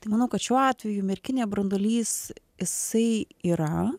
tai manau kad šiuo atveju merkinė branduolys jisai yra